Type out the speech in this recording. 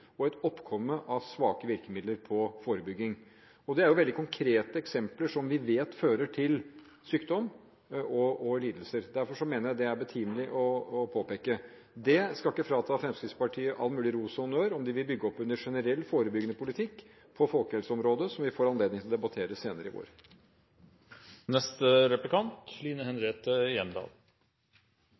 og et oppkomme av svake virkemidler for forebygging. Det er veldig konkrete eksempler som vi vet fører til sykdom og lidelser, derfor mener jeg det er betimelig å påpeke det. Det skal ikke frata Fremskrittspartiet all mulig ros og honnør om de vil bygge opp under generell forebyggende politikk på folkehelseområdet, som vi får anledning til å debattere senere i vår.